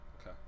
Okay